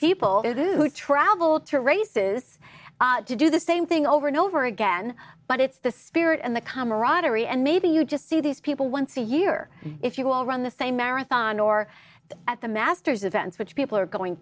people who travel to races to do the same thing over and over again but it's the spirit and the camaraderie and maybe you just see these people once a year if you will run the same marathon or at the masters events which people are going